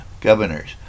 governors